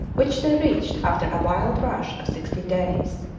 which they reached after a wild rush of sixteen days.